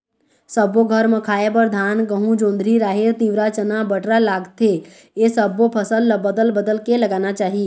सब्बो घर म खाए बर धान, गहूँ, जोंधरी, राहेर, तिंवरा, चना, बटरा लागथे ए सब्बो फसल ल बदल बदल के लगाना चाही